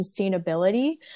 sustainability